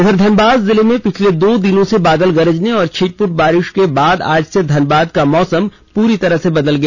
उधर धनबाद जिले में पिछले दो दिनों से बादल गरजने और छिटपूट बारिश के बाद आज से धनबाद का मौसम पूरी तरह बदल गया